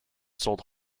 sold